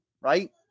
right